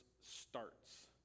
starts